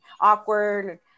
awkward